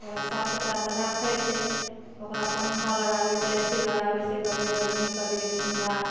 ओकरा साफ सुथरा सऽ राखै छै ओकरा पँखा लगाबै छै ए सी लगाबै छै कभी गर्मी कभी ठण्ढा